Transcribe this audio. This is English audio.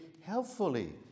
helpfully